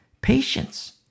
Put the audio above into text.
patience